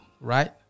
right